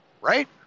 right